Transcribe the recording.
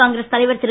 காங்கிரஸ் தலைவர் திரு